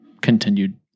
continued